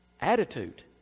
Attitude